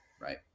Right